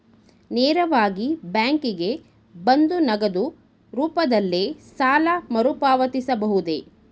ನೇರವಾಗಿ ಬ್ಯಾಂಕಿಗೆ ಬಂದು ನಗದು ರೂಪದಲ್ಲೇ ಸಾಲ ಮರುಪಾವತಿಸಬಹುದೇ?